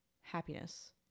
happiness